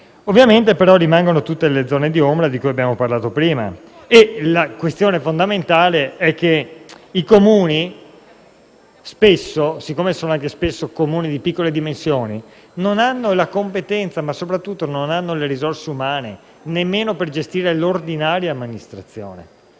Ovviamente, però, rimangono tutte le zone d'ombra di cui abbiamo parlato prima e la questione fondamentale è che i Comuni, siccome sono spesso di piccole dimensioni, non hanno la competenza ma soprattutto non hanno le risorse umane nemmeno per gestire l'ordinaria amministrazione,